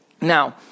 Now